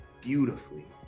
beautifully